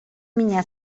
mina